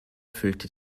füllte